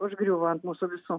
užgriūva ant mūsų visų